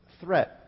threat